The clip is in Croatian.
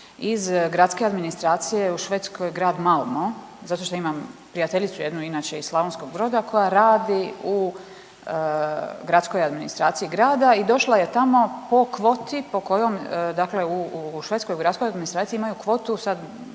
iz gradske administracije, u Švedskoj grad Malmo, zato što imam prijateljicu jednu inače iz Slavonskog Broda koja radi u gradskoj administraciji grada i došla je tamo po kvoti po kojoj dakle u švedskoj gradskoj administraciji imaju kvotu, sad